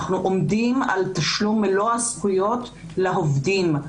אנחנו עומדים על תשלום מלוא הזכויות לעובדים.